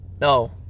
No